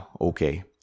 okay